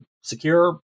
Secure